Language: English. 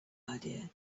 idea